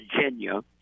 Virginia